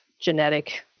genetic